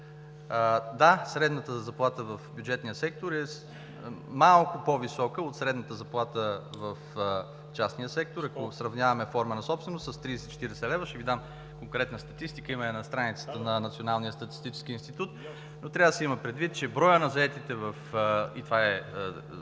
Да, средната заплата в бюджетния сектор е малко по-висока от средната заплата в частния сектор, ако сравняваме форма на собственост, с 30-40 лв. Ще Ви дам конкретна статистика, има я на страницата на Националния статистически институт, но трябва да се има предвид, че броят на заетите в